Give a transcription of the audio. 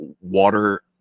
water